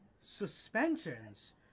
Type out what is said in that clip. suspensions